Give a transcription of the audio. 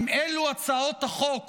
אם אלו הצעות החוק